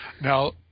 Now